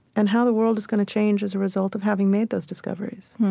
and how the world is going to change as a result of having made those discoveries.